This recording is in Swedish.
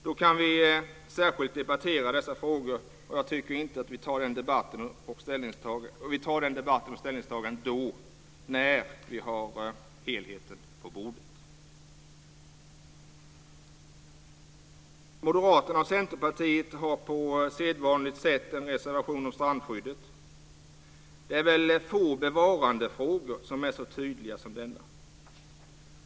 Då kan vi särskilt debattera dessa frågor. Vi tar debatten och ställningstagandet när vi har helheten på bordet. Moderaterna och Centerpartiet har på sedvanligt sätt en reservation om strandskyddet. Det är väl få bevarandefrågor som är så tydliga som denna.